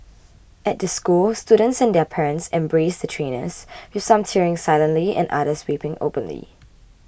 at the school students and their parents embraced the trainers with some tearing silently and others weeping openly